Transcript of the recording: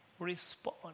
Respond